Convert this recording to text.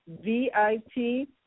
V-I-T